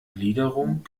gliederung